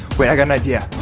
wait i got an idea.